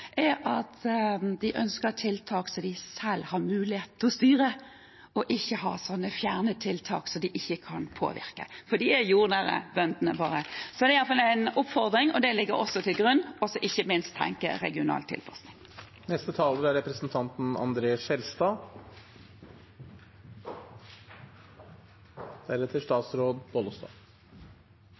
at de ønsker tiltak som de selv har mulighet til å styre, og ikke fjerne tiltak som de ikke kan påvirke. For de er jordnære, bøndene våre. Det er iallfall en oppfordring som ligger til grunn – og ikke minst å tenke regional tilpasning. Noen kommentarer helt på tampen av debatten. Jeg er helt enig med representanten